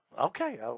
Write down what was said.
Okay